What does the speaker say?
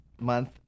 month